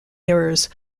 mirrors